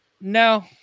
No